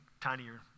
tinier